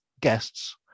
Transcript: guests